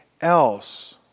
else